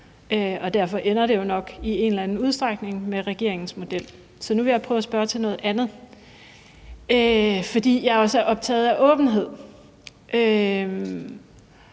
Derfor ender det nok i en eller anden udstrækning med regeringens model, så nu vil jeg prøve at spørge til noget andet. Jeg er også optaget af åbenhed.